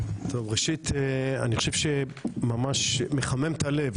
ראשית, אני חושב שממש מחמם את הלב